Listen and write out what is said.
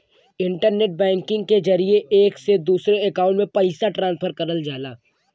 internet banking के जरिये एक से दूसरे अकांउट में पइसा ट्रांसफर करल जाला